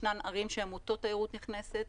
ישנן ערים שהן מוטות תיירות נכנסת,